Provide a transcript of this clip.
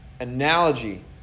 analogy